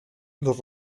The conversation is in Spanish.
los